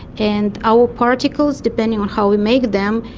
and our particles, depending on how we make them,